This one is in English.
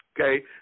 Okay